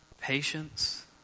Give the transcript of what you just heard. patience